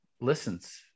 listens